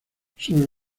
sobre